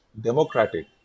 democratic